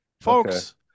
folks